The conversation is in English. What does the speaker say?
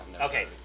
Okay